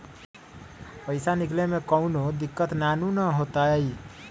पईसा निकले में कउनो दिक़्क़त नानू न होताई?